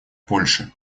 польши